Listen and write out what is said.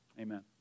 Amen